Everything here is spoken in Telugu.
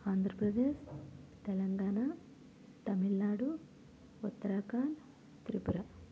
ఆంధ్రప్రదేశ్ తెలంగాణ తమిళనాడు ఉత్తరాఖండ్ త్రిపుర